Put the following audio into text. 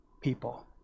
people